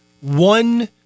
One